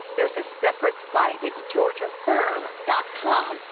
there's a separate site it's georgia from dot com.